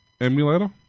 emulator